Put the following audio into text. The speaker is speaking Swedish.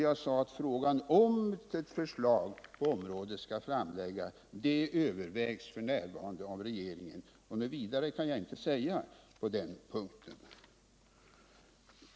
Jag sade att frågan huruvida ett förslag på området skall framläggas f. n. övervägs av regeringen. Något ytterligare kan jag inte säga på den punkten.